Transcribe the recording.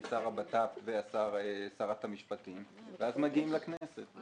שר הבט"פ ושרת המשפטים ואז מגיעים לכנסת.